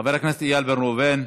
חבר הכנסת איל בן ראובן,